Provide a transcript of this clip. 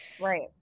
right